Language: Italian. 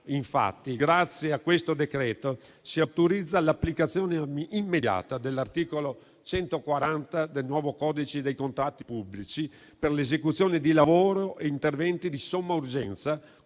infatti, grazie a questo decreto, si autorizza l'applicazione immediata dell'articolo 140 del nuovo codice dei contratti pubblici, per l'esecuzione di lavori e interventi di somma urgenza